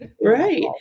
Right